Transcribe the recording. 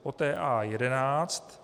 Poté A11.